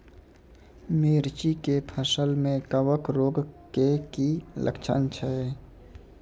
मिर्ची के फसल मे कवक रोग के की लक्छण छै?